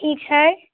ई छै